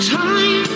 time